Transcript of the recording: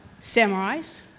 samurais